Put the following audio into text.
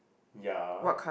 ya